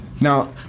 Now